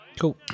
Cool